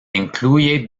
incluye